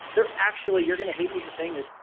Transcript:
they're actually. you're going to hate me for saying this,